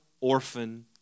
orphan